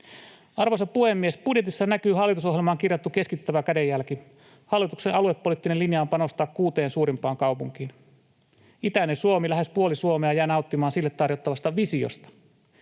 Arvoisa puhemies! Budjetissa näkyy hallitusohjelmaan kirjattu keskittävä kädenjälki. Hallituksen aluepoliittinen linja on panostaa kuuteen suurimpaan kaupunkiin. Itäinen Suomi, lähes puoli Suomea, jää nauttimaan sille tarjottavasta visiosta.